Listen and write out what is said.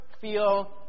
feel